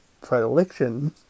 predilection